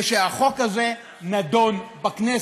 והחוק הזה נדון בכנסת,